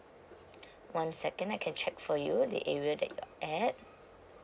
one second I can check for you the area that you're at